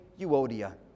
Euodia